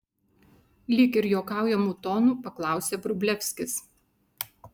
lyg ir juokaujamu tonu paklausė vrublevskis